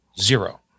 zero